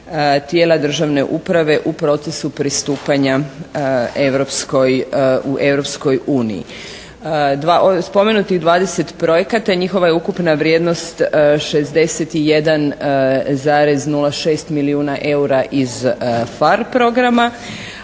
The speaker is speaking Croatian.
tijela državne uprave u procesu pristupanja Europskoj uniji. Spomenutih 20 projekata i njihova je ukupna vrijednost 61,06 milijuna eura iz PHAR programa.